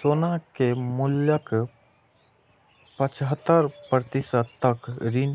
सोना के मूल्यक पचहत्तर प्रतिशत तक ऋण